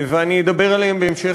ואני אדבר עליהם בהמשך.